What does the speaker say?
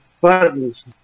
buttons